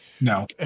No